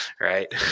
right